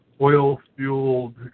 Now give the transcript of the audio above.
oil-fueled